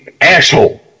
asshole